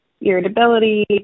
irritability